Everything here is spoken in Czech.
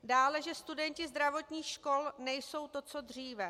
Dále, že studenti zdravotních škol nejsou to, co dříve.